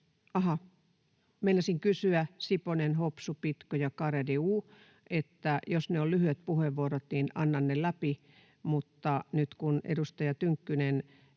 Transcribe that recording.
Aha! Meinasin kysyä, Siponen, Hopsu, Pitko ja Garedew, että jos ne ovat lyhyet puheenvuorot, niin annan ne, mutta nyt kun edustaja Tynkkynen